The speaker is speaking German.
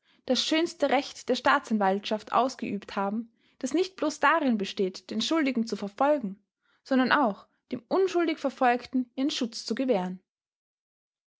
das schönste recht der staatsanwaltschaft ausgeübt haben das nicht bloß darin besteht den schuldigen zu verfolgen sondern auch dem unschuldig verfolgten ihren schutz zu gewähren